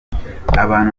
abantu